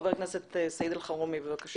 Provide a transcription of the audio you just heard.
חבר הכנסת סעיד אלחרומי, בבקשה.